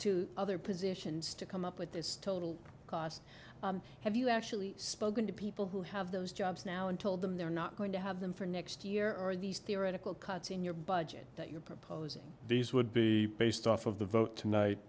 to other positions to come up with this total cost have you actually spoken to people who have those jobs now and told them they're not going to have them for next year or these theoretical cuts in your budget that you're proposing these would be based off of the vote tonight